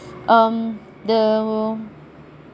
um the